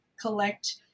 collect